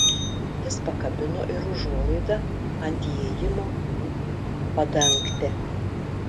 jis pakabino ir užuolaidą ant įėjimo į padangtę